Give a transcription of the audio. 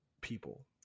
people